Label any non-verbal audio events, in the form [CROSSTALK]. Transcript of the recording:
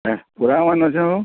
ହଁ [UNINTELLIGIBLE] ଗୋ